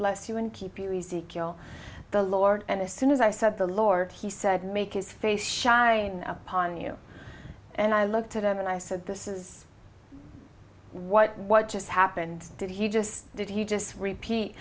bless you and keep you easy kill the lord and as soon as i said the lord he said make his face shine upon you and i looked at him and i said this is what what just happened did he just did he just repeat